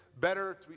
better